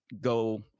go –